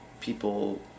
people